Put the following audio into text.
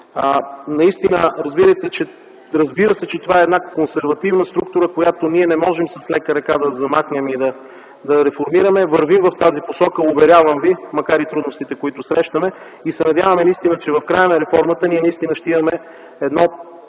партньори. Разбира се, че това е консервативна структура - не можем с лека река да замахнем и да я реформираме. Вървим в тази посока, уверявам ви, въпреки трудностите, които срещаме. Надяваме се, че в края на реформата наистина ще имаме едно